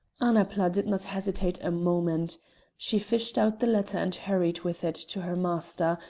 annapla did not hesitate a moment she fished out the letter and hurried with it to her master,